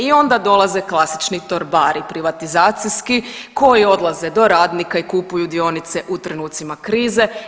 I onda dolaze klasični torbari privatizacijski koji odlaze do radnika i kupuju dionice u trenucima krize.